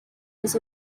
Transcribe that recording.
was